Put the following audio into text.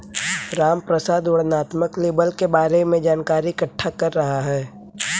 रामप्रसाद वर्णनात्मक लेबल के बारे में जानकारी इकट्ठा कर रहा है